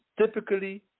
typically